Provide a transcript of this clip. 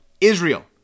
Israel